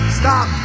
stop